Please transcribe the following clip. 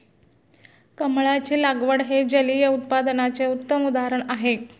कमळाची लागवड हे जलिय उत्पादनाचे उत्तम उदाहरण आहे